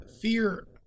Fear